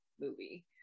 movie